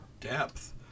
depth